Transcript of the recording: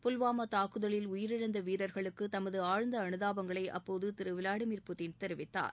புல்வாமா தாக்குதலில் உயிரிழந்த வீரர்களுக்கு தனது ஆழ்ந்த அனுதாபங்களை அப்போது திரு விளாடிமீர் புட்டின் தெரிவித்தார்